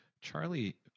Charlie